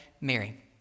Mary